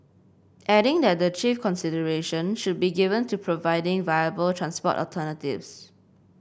adding that the chief consideration should be given to providing viable transport alternatives